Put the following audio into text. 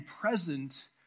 Present